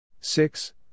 six